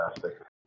Fantastic